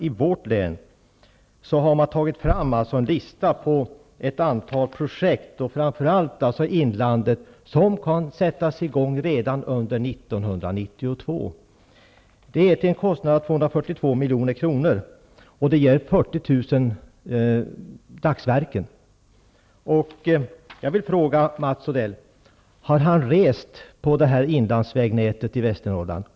I vårt län har man tagit fram en lista på ett antal projekt, framför allt i inlandet, som kan sättas i gång redan under 1992. Kostnaden för detta skulle bli 242 milj.kr., och projekten ger 40 000 Jag vill fråga Mats Odell: Har Mats Odell rest på inlandsvägnätet i Västernorrland?